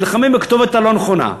נלחמים בכתובת הלא-נכונה.